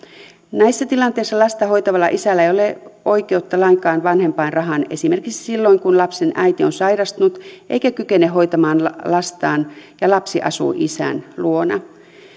näissä tilanteissa lasta hoitavalla isällä ei ole oikeutta lainkaan vanhempainrahaan esimerkiksi silloin kun lapsen äiti on sairastunut eikä kykene hoitamaan lastaan ja lapsi asuu isän luona